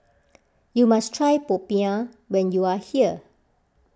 you must try Popiah when you are here